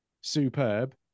superb